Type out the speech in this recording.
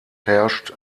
herrscht